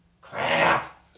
crap